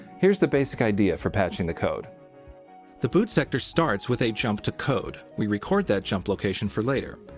here's the basic idea for patching the code the boot sector starts with a jump to code. we record that jump location for later.